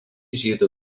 žydų